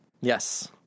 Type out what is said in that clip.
Yes